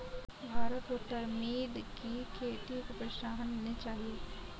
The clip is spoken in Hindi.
भारत में तरमिंद की खेती को प्रोत्साहन मिलनी चाहिए